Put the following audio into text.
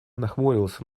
нахмурился